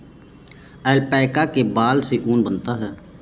alpaca के बाल से ऊन बनता है